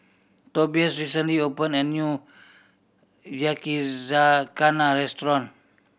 Tobias recently opened a new Yakizakana Restaurant